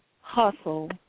hustle